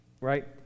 right